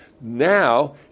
Now